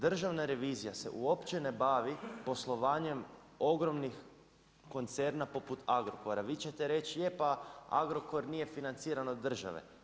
Državna revizija se uopće ne bavi poslovanjem ogromnih koncerna poput Agrokora, vi ćete reći, je pa Agrokor nije financiran od države.